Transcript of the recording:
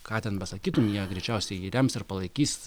ką ten besakytum jie greičiausiai rems ir palaikys